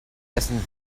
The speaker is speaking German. dessen